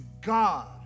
God